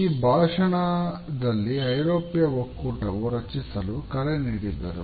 ಈ ಭಾಷಣದಲ್ಲಿ ಐರೋಪ್ಯ ಒಕ್ಕೂಟವು ರಚಿಸಲು ಕರೆ ನೀಡಿದರು